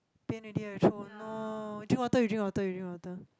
pain already ah your throat no drink water you drink water you drink water